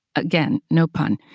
again, no pun.